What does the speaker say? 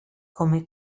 come